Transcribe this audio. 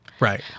Right